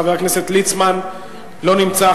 חבר הכנסת ליצמן, לא נמצא.